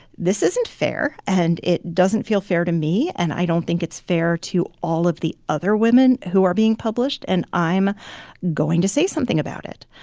this isn't fair, and it doesn't feel fair to me, and i don't think it's fair to all of the other women who are being published, and i'm going to say something about it,